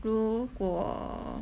如果